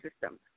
system